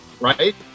right